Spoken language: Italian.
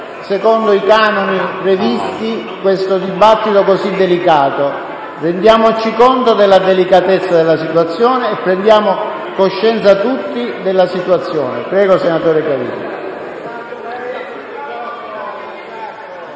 secondo i canoni previsti questo dibattito così delicato. Rendiamoci conto della delicatezza della situazione e prendiamo coscienza tutti della situazione. *(Commenti